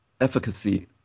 efficacy